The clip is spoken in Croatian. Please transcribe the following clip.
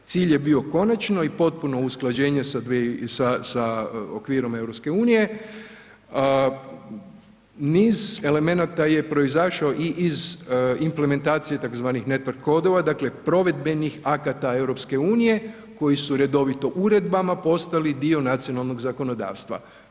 Cilj je bio konačno i potpuno usklađenje sa okvirom EU-a, niz elemenata je proizašao i iz implementacije tzv. network kodova, dakle provedbenih akata EU-a koji su redovito uredbama postali dio nacionalnog zakonodavstva.